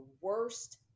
worst